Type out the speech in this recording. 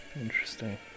Interesting